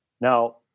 Now